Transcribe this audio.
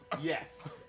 Yes